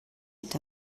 est